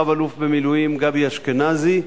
רב-אלוף במילואים גבי אשכנזי,